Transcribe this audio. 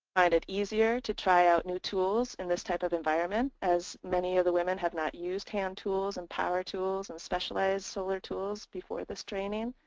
find it easier to try out new tools in this type of environment as many of the women have not used hand tools and power tools and specialized solar tools before this training.